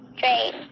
train